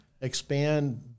expand